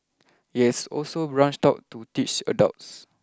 it has also branched out to teach adults